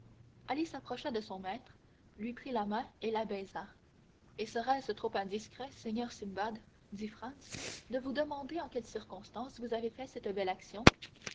s'approcha de son maître lui prit la main et la baisa et serait-ce trop indiscret seigneur simbad dit franz de vous demander en quelle circonstance vous avez fait cette belle action